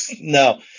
No